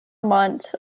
months